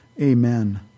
Amen